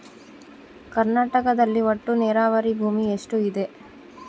ಕರ್ನಾಟಕದಲ್ಲಿ ಒಟ್ಟು ನೇರಾವರಿ ಭೂಮಿ ಎಷ್ಟು ಇದೆ?